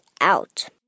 out